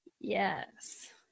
Yes